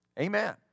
Amen